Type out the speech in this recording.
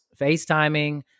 FaceTiming